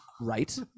Right